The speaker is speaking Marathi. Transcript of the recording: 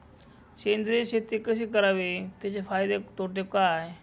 सेंद्रिय शेती कशी करावी? तिचे फायदे तोटे काय?